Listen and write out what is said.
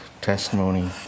testimony